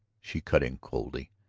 she cut in coolly,